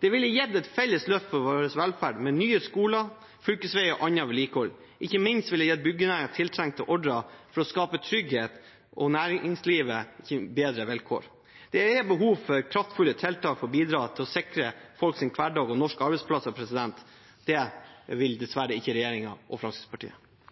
Det ville gitt et felles løft for vår velferd med nye skoler, fylkesveier og annet vedlikehold. Ikke minst vil det gi byggenæringen tiltrengte ordrer for å skape trygghet og gitt næringslivet bedre vilkår. Det er behov for kraftfulle tiltak for å bidra til å sikre folks hverdag og norske arbeidsplasser. Det vil dessverre ikke regjeringen og Fremskrittspartiet.